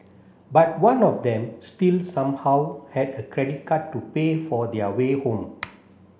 but one of them still somehow had a credit card to pay for their way home